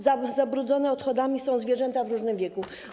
Zabrudzone odchodami są zwierzęta w różnym wieku.